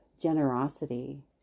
Generosity